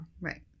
Right